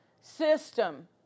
system